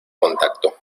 contacto